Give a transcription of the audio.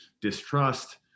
distrust